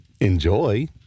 Enjoy